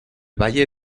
valle